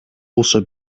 also